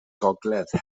gogledd